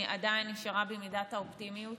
אני עדיין נשארת במידת האופטימיות,